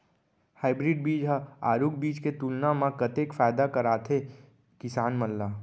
Hybrid बीज हा आरूग बीज के तुलना मा कतेक फायदा कराथे किसान मन ला?